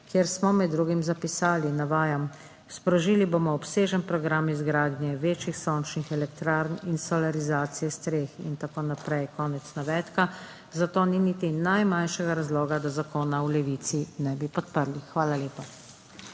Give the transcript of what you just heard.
kjer smo med drugim zapisali, navajam, »sprožili bomo obsežen program izgradnje večjih sončnih elektrarn in solarizacije streh» in tako naprej, zato ni niti najmanjšega razloga, da zakona v Levici ne bi podprli. Hvala lepa.